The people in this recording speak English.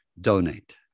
donate